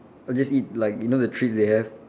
I'll just eat like you know the treats they have